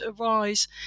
arise